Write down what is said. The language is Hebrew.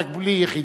רק בלי יחידה,